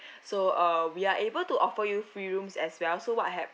so uh we are able to offer you free rooms as well so what I have